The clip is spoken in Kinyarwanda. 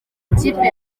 ikipe